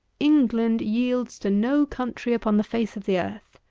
england yields to no country upon the face of the earth.